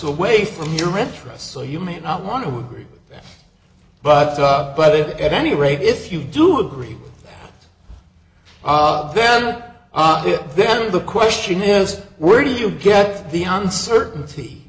away from your interest so you may not want to agree but up but at any rate if you do agree then a bit then the question is where did you get the uncertainty